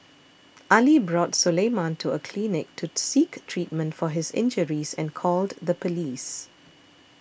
Ali brought Suleiman to a clinic to seek treatment for his injuries and called the police